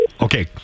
okay